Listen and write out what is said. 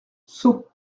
sceaux